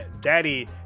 daddy